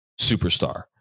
superstar